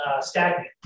stagnant